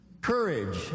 Courage